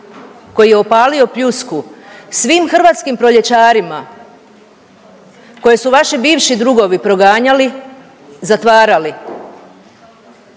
koji je opalio pljusku svim hrvatskim proljećarima koje su vaši bivši drugovi proganjali, zatvarali.